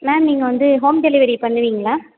ma'am நீங்கள் வந்து home delivery பண்ணுவிங்களா